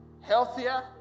healthier